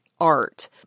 art